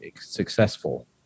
successful